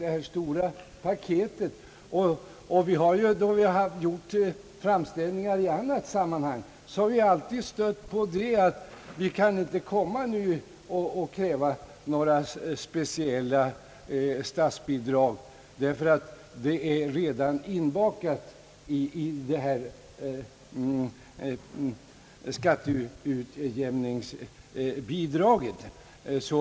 När vi i andra sammanhang har gjort framställningar till statsmakterna har vi mötts av det argumentet att vi inte kan kräva speciella statsbidrag eftersom dessa redan är inbakade i skatteutjämningsbidraget.